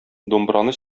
думбраны